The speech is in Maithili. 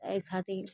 तऽ एहि खातिर